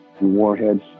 Warheads